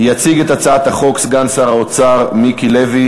יציג את הצעת החוק סגן שר האוצר מיקי לוי.